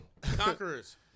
Conquerors